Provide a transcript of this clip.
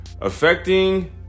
Affecting